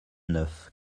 neuf